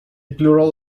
plural